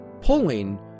Pulling